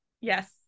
Yes